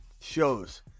shows